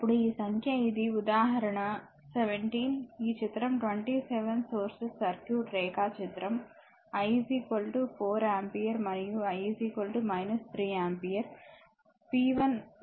అప్పుడు ఈ సంఖ్య ఇది ఉదాహరణ 17 ఈ చిత్రం 27 సోర్సెస్ సర్క్యూట్ రేఖా చిత్రం I 4 ఆంపియర్ మరియు I 3 ఆంపియర్ p1 మరియు p2 ని కనుగొనండి